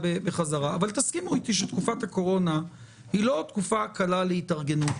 תסכימו איתי שתקופת הקורונה היא לא תקופה קלה להתארגנות.